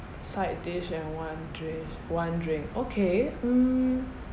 side dish and one drink one drink okay mm